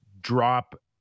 drop